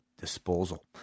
disposal